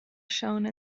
shone